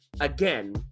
Again